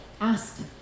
ask